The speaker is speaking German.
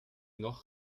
noch